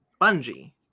Bungie